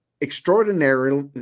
extraordinary